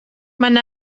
man